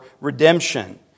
redemption